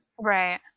Right